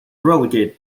relegated